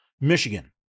Michigan